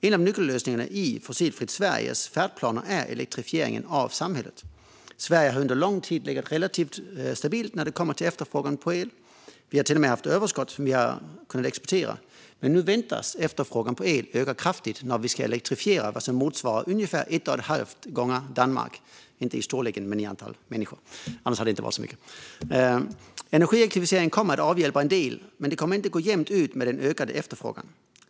En av nyckellösningarna i Fossilfritt Sveriges färdplaner är elektrifieringen av samhället. Sverige har under lång tid legat relativt stabilt när det kommer till efterfrågan på el; vi har till och med haft överskott som vi har kunnat exportera. Men nu väntas efterfrågan på el öka kraftigt när vi ska elektrifiera vad som motsvarar ungefär en och en halv gånger Danmark - inte när det gäller storleken men i antal människor. Annars hade det inte varit så mycket! Energieffektivisering kommer att avhjälpa en del, men det kommer inte att gå jämnt ut med den ökade efterfrågan.